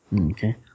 Okay